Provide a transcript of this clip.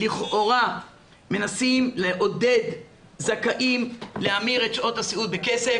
לכאורה מנסים לעודד זכאים להמיר את שעות הסיעוד בכסף,